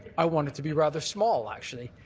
i want it to be rather small, actually,